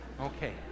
Okay